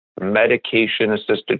medication-assisted